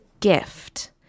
gift